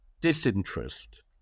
disinterest